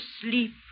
sleep